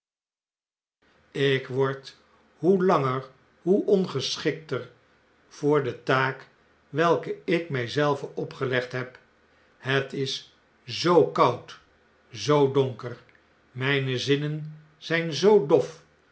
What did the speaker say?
lk word hoe langer hoe ongeschikter voor de taak welke ik mij zelven opgelegd heb het is zoo koud zoo donker mijne zinnen zijn zoo dof